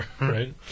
right